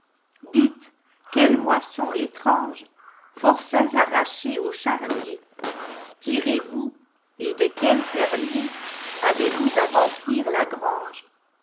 quelle moisson étrange forçats arrachés au charnier tirez vous et de que fermieravez vous à remplir la grange